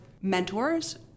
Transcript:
mentors